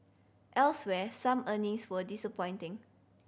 elsewhere some earnings were disappointing